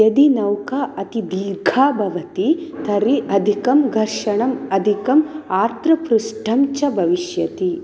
यदि नौका अतिदीर्घा भवति तर्हि अधिकं घर्षणम् अधिकम् आर्द्रपृष्ठं च भविष्यति